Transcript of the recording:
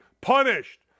punished